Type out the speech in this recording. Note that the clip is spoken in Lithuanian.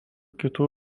kitų